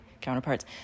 counterparts